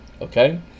Okay